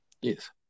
Yes